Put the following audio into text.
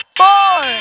four